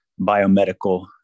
biomedical